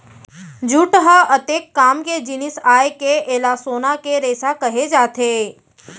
jute ह अतेक काम के जिनिस आय के एला सोना के रेसा कहे जाथे